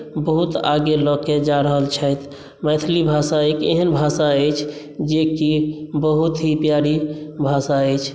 बहुत आगे लऽ के जा रहल छथि मैथिली भाषा एक एहन भाषा अछि जेकि बहुत ही प्यारी भाषा अछि